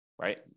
right